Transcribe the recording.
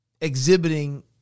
exhibiting